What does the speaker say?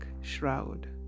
shroud